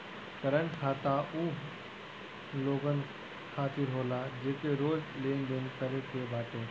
current खाता उ लोगन खातिर होला जेके रोज लेनदेन करे के बाटे